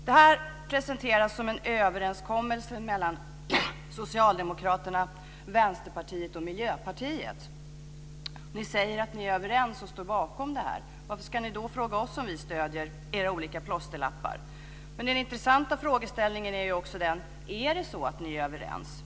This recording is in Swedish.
Det här presenteras som en överenskommelse mellan Socialdemokraterna, Vänsterpartiet och Miljöpartiet. Ni säger att ni är överens och står bakom detta. Varför ska ni då fråga oss om vi stöder era olika plåsterlappar? Den intressanta frågeställningen är ju också om ni är överens.